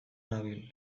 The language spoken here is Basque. nabil